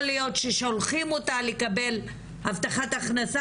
להיות ששולחים אותה לקבל הבטחת הכנסה,